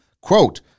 Quote